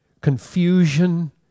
confusion